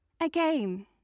Again